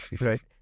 Right